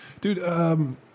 Dude